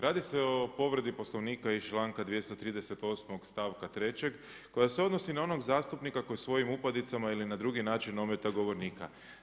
Radi se o povredi Poslovnika iz članka 238. stavka 3. koja se odnosi na onog zastupnika koji svojim upadicama ili na drugi način ometa govornika.